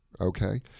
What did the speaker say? Okay